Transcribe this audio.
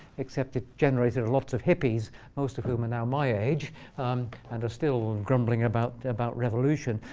except it generated lots of hippies most of whom are now my age and are still grumbling about about revolution.